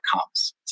comes